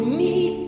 need